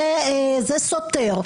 זה סותר,